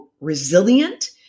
resilient